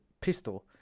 pistol